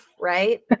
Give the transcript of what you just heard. right